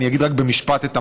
אני אגיד רק במשפט את המהות,